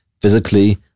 physically